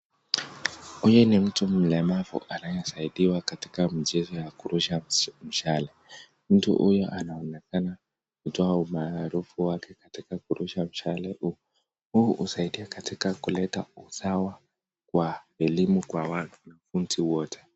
Huyu ni mtu mlemavu anayesaidiwa katika mchezo wa kurusha mshale. Mtu huyo anaonekana kutoa umaarufu wake katika kurusha mshale huu. Huu husaidia katika kuleta usawa wa elimu kwa wanafunzi wote.